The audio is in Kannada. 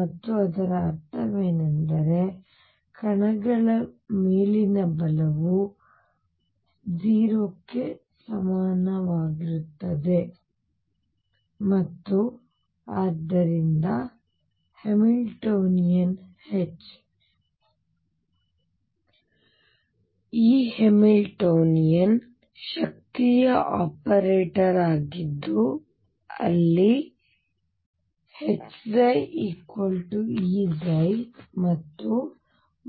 ಮತ್ತು ಅದರ ಅರ್ಥವೇನೆಂದರೆ ಕಣಗಳ ಮೇಲಿನ ಬಲವು 0 ಕ್ಕೆ ಸಮನಾಗಿರುತ್ತದೆ ಮತ್ತು ಆದ್ದರಿಂದ ಹ್ಯಾಮಿಲ್ಟೋನಿಯನ್ H ಈ ಹ್ಯಾಮಿಲ್ಟೋನಿಯನ್ ಶಕ್ತಿಯ ಆಪರೇಟರ್ ಆಗಿದ್ದು ಅಲ್ಲಿ Hψ Eψ ಮತ್ತು